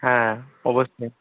হ্যাঁ অবশ্যই